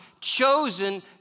chosen